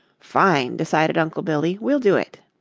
fine! decided uncle billy. we'll do it.